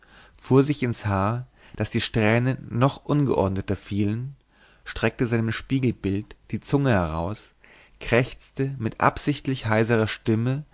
fuhr sich ins haar daß die strähnen noch ungeordneter fielen streckte seinem spiegelbild die zunge heraus krächzte mit absichtlich heiserer stimme